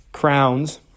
crowns